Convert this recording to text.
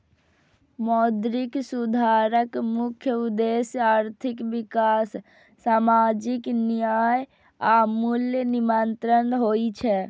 मौद्रिक सुधारक मुख्य उद्देश्य आर्थिक विकास, सामाजिक न्याय आ मूल्य नियंत्रण होइ छै